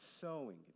sewing